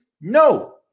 No